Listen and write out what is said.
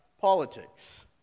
politics